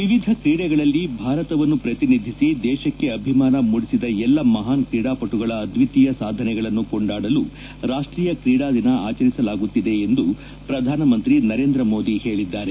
ವಿವಿಧ ಕ್ರೀಡೆಗಳಲ್ಲಿ ಭಾರತವನ್ನು ಪ್ರತಿನಿಧಿಸಿ ದೇಶಕ್ಕೆ ಅಭಿಮಾನ ಮೂಡಿಸಿದ ಎಲ್ಲಾ ಮಹಾನ್ ಕ್ರೀಡಾಪಟುಗಳ ಅದ್ವಿತೀಯ ಸಾಧನೆಗಳನ್ನು ಕೊಂಡಾಡಲು ರಾಷ್ಟೀಯ ಕ್ರೀಡಾದಿನ ಆಚರಿಸಲಾಗುತ್ತಿದೆ ಎಂದು ಪ್ರಧಾನಮಂತಿ ನರೇಂದ್ರ ಮೋದಿ ಹೇಳಿದ್ದಾರೆ